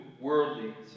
worldly